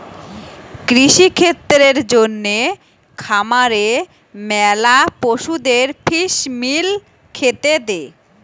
কৃষিক্ষেত্রের জন্যে খামারে ম্যালা পশুদের ফিস মিল খেতে দে